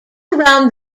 around